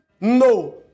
No